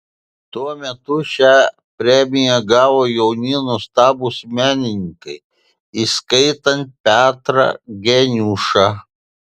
tuo metu šią premiją gavo jauni nuostabūs menininkai įskaitant petrą geniušą